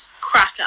cracker